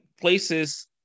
places